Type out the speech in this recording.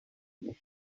like